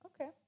Okay